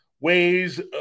ways